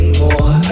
more